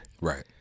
Right